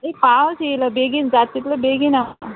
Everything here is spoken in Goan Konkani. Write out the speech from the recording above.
ए पावस येयलो बेगीन जात तितलो बेगीन आं